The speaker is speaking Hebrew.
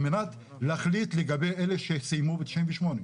על מנת להחליט לגבי אלה שסיימו ב-98'.